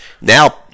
Now